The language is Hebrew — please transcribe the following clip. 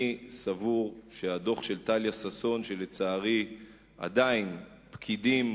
אני סבור שהדוח של טליה ששון, שלצערי עדיין פקידים